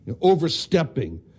overstepping